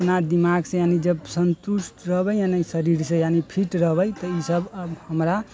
अपना दिमागसँ यानि जब सन्तुष्ट रहबै यानि शरीरसँ यानि फिट रहबै तऽ ई सब हमरा खुद